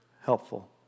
helpful